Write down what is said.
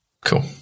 Cool